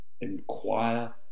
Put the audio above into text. inquire